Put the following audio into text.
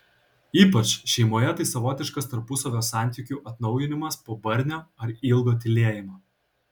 ypač šeimoje tai savotiškas tarpusavio santykių atnaujinimas po barnio ar ilgo tylėjimo